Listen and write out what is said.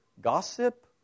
Gossip